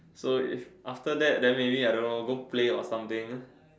so is after that maybe I don't know go play or something